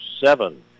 seven